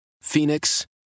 Phoenix